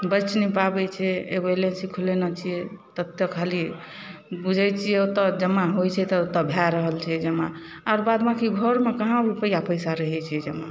बचि नहि पाबै छै एगो एल आइ सी खोलेने छिए ततऽ खाली बुझै छिए ओतऽ जमा होइ छै तब भऽ रहल छै जमा आओर बाद बाकी घरमे कहाँ रुपैआ पइसा रहै छै जमा